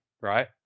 right